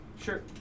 Sure